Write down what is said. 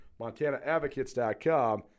MontanaAdvocates.com